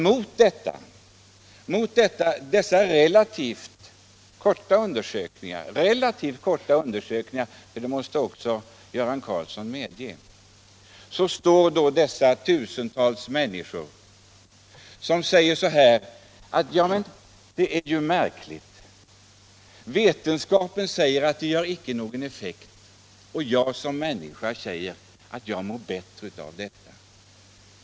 Men mot dessa relativt korta undersökningar — relativt korta, det måste även Göran Karlsson medge — står tusentals människor som finner det märkligt att vetenskapen påstår att medlet inte har någon effekt, fastän de såsom människor känner att de mår bättre av det.